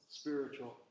spiritual